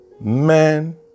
man